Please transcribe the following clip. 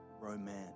romance